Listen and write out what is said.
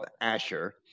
Asher